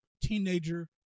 teenager